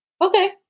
Okay